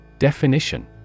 Definition